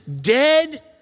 dead